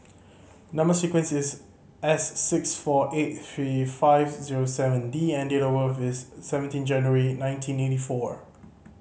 number sequence is S six four eight three five zero seven D and date of birth is seventeen January nineteen eighty four